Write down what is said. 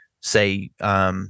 say –